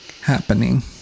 Happening